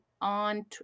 on